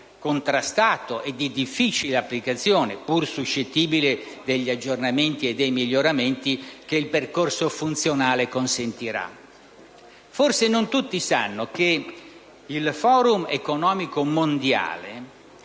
contrastato e di difficile applicazione, pur suscettibile degli aggiornamenti e dei miglioramenti che il percorso funzionale consentirà. Forse non tutti sanno che il Forum economico mondiale